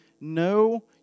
no